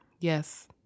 yes